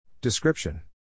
Description